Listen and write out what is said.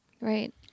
Right